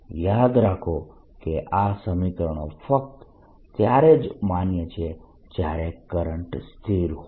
યાદ રાખો કે આ સમીકરણો ફક્ત ત્યારે જ માન્ય છે જ્યારે કરંટ સ્થિર હોય